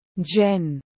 Jen